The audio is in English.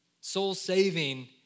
Soul-saving